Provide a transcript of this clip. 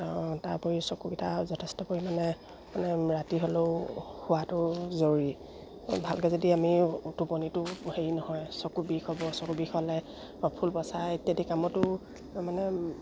তাৰ ওপৰি চকুকেইটা যথেষ্ট পৰিমাণে মানে ৰাতি হ'লেও শোৱাটো জৰুৰী ভালকৈ যদি আমি টোপনিটো হেৰি নহয় চকু বিষ হ'ব চকু বিষ হ'লে ফুল বচা ইত্যাদি কামতো মানে